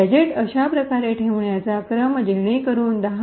gadgets अशा प्रकारे ठेवण्याचा क्रम जेणेकरून 10